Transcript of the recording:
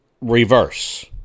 reverse